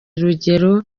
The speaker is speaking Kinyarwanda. rugero